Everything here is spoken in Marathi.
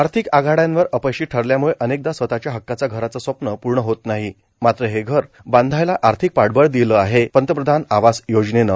आर्थीक आघाडयावर अपयशी ठरल्याम्ळे अनेकदा स्वतःच्या हक्काच्या घराच स्वप्न प्र्ण होत नाही मात्र हे घर बांधायला आर्थिक पाठबळ दिल आहे पंतप्रधान आवास योजनेन